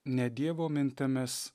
ne dievo mintimis